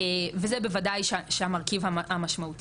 וזה בוודאי המרכיב המשמעותי.